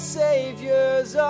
saviors